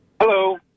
Hello